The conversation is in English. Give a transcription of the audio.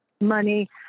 Money